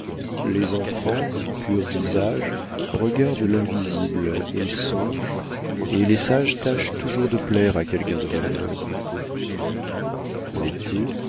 les enfants purs visages regardent l'invisible et songent et les sages tâchent toujours de plaire à quelqu'un de rêveur l'été